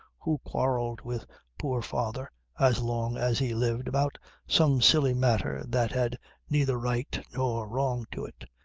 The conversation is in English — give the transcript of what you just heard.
who quarrelled with poor father as long as he lived about some silly matter that had neither right nor wrong to it.